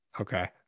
Okay